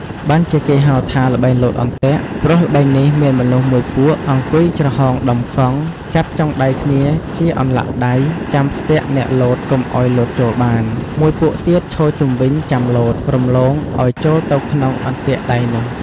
បានជាគេហៅថា ល្បែងលោតអន្ទាក់ ព្រោះល្បែងនេះមានមនុស្សមួយពួកអង្គុយ ច្រហោងដំកង់ ចាប់ចុងដៃគ្នាជាអន្លាក់ដៃ ចាំស្ទាក់អ្នកលោតកុំឲ្យលោតចូលបាន មួយពួកទៀត ឈរជុំវិញចាំលោត រំលងឲ្យចូលទៅក្នុងអន្ទាក់ដៃនោះ ។